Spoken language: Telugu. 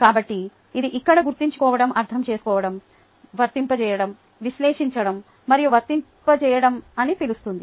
కాబట్టి ఇది ఇక్కడ గుర్తుంచుకోవడం అర్థం చేసుకోవడం వర్తింపజేయడం విశ్లేషించడం మరియు వర్తింపజేయడం అని పిలుస్తుంది